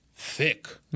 Thick